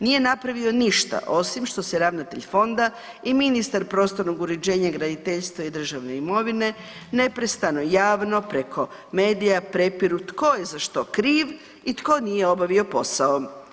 Nije napravio ništa osim što se ravnatelj fonda i ministar prostornog uređenja i graditeljstva i državne imovine neprestano javno preko medija prepiru tko je za što kriv i tko nije obavio posao.